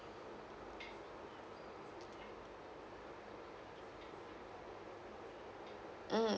mm